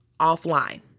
offline